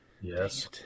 Yes